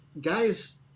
guys